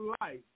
life